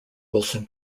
wilson